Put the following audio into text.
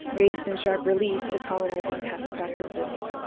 raised in sharp relief to colonizing past practices.